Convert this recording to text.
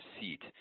seat